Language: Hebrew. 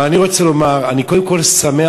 אבל אני רוצה לומר: אני קודם כול שמח